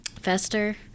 Fester